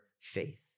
faith